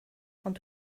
ond